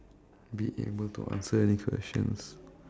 be able to answer any questions